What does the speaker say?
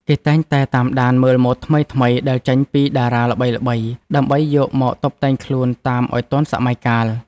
គេតែងតែតាមដានមើលម៉ូដថ្មីៗដែលចេញពីតារាល្បីៗ ដើម្បីយកមកតុបតែងខ្លួនតាមឱ្យទាន់សម័យកាល។